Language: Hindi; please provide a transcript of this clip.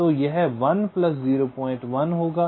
तो यह 1 प्लस 01 होगा